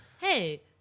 Hey